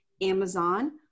Amazon